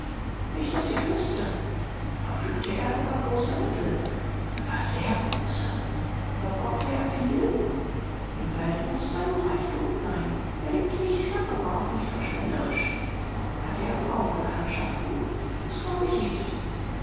nicht daß ich wüßte verfügte er über große mittel über sehr große verbrauchte er viel im verhältnis zu seinem reichtum nein er lebte nicht knapp aber auch nicht verschwenderisch hatte er frauenbekanntschaften das glaube ich nicht